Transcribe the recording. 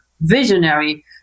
visionary